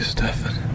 Stefan